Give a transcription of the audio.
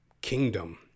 kingdom